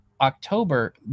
October